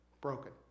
broken